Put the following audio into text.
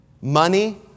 Money